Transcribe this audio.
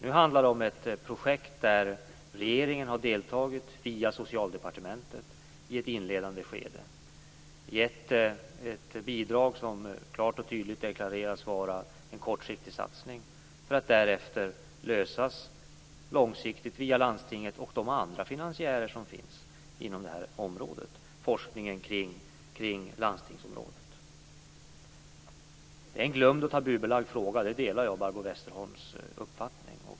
Nu handlar det om ett projekt där regeringen via Socialdepartementet har deltagit i ett inledande skede och gett ett bidrag som klart och tydligt deklarerats vara en kortsiktig satsning. Därefter skall en långsiktig lösning ske via landstinget och de andra finansiärer som finns inom forskningen kring det här landstingsområdet. Det är en glömd och tabubelagd fråga. Där delar jag Barbro Westerholms uppfattning.